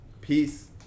peace